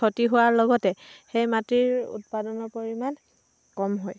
ক্ষতি হোৱাৰ লগতে সেই মাটিৰ উৎপাদনৰ পৰিমাণ কম হয়